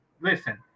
listen